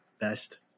best